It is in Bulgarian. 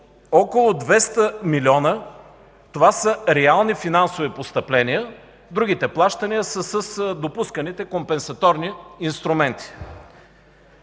около 200 милиона са реални финансови постъпления, другите плащания са с допусканите компенсаторни инструменти.